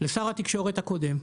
לשר התקשורת הקודם,